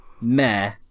meh